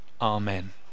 Amen